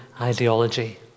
ideology